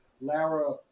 lara